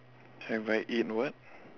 have I eat what